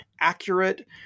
accurate